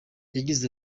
yagize